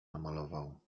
namalował